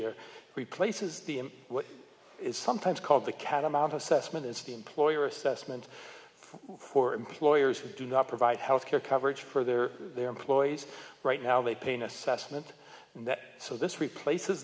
year replaces the what is sometimes called the catamount assessment is the employer assessment for employers who do not provide health care coverage for their their employees right now they pain assessment and that so this replaces